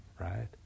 right